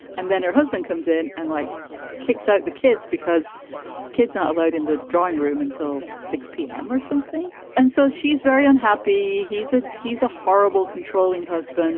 and then her husband comes in and like kicks out the kids because kids aren't allowed in the drawing room until six pm or something. and so she's very unhappy. he's a he's a horrible controlling husband